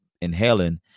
inhaling